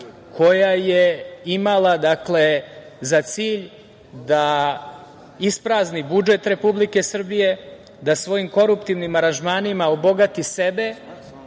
koja je imala za cilj da isprazni budžet Republike Srbije, da svojim koruptivnim aranžmanima obogati sebe,